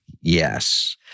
Yes